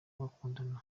bakundana